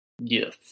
Yes